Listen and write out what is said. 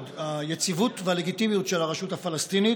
היציבות והלגיטימיות של הרשות הפלסטינית.